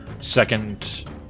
Second